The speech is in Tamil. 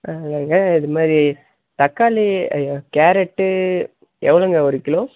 இல்லைங்க இதுமாரி தக்காளி கேரட்டு எவ்வளோங்க ஒரு கிலோ